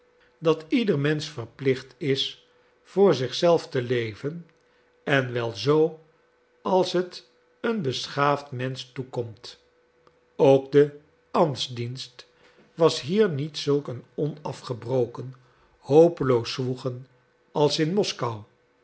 dat ieder mensch verplicht is voor zich zelf te leven en wel zoo als het een beschaafd mensch toekomt ook de ambtsdienst was hier niet zulk een onafgebroken hopeloos zwoegen als in moskou